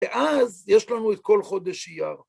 ואז יש לנו את כל חודש אייר.